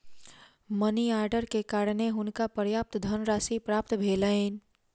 money order के कारणें हुनका पर्याप्त धनराशि प्राप्त भेलैन